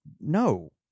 No